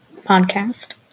podcast